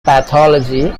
pathology